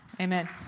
amen